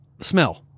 smell